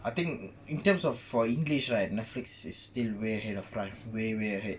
I think in terms of for english right netflix is still way ahead of prime way way ahead